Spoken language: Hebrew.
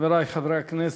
חברי חברי הכנסת,